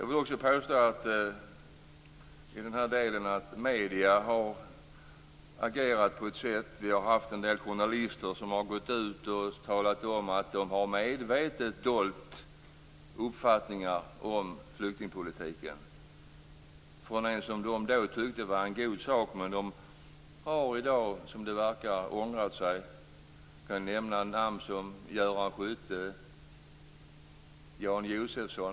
Vi har haft journalister som talat om att de medvetet dolt uppfattningar om flyktingpolitiken för en, som de då tyckte, en god sak. Men det verkar som att de har ångrat sig. Jag kan nämna namn som Göran Skytte, Jan Josefsson.